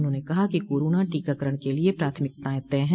उन्होंने कहा कि कोरोना टीकाकरण के लिए प्राथमिकताएं तय हैं